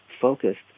focused